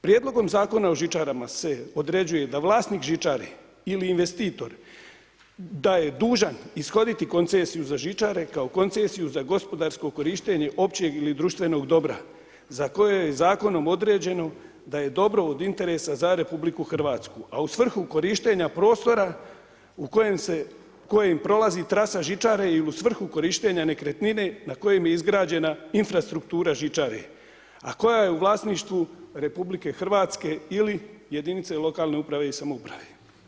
Prijedlogom Zakona o žičarama se određuje da vlasnik žičare ili investitor da je dužan ishoditi koncesiju za žičare, kao koncesiju za gospodarsko korištenje općeg ili društvenog dobra za koje je zakonom određeno da je dobro od interesa za RH, a u svrhu korištenja prostora u kojem prolazi trasa žičare ili u svrhu korištenja nekretnine na kojem je izgrađena infrastruktura žičare, a koja je u vlasništvu RH ili jedinice lokalne uprave i samouprave.